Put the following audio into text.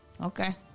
Okay